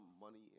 money